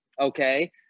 Okay